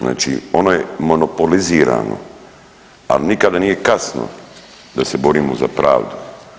Znači ono je monopolizirano, ali nikada nije kasno da se borimo za pravdu.